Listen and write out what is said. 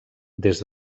des